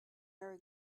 merry